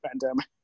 pandemic